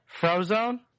Frozone